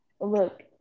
Look